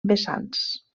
vessants